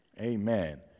Amen